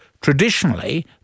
traditionally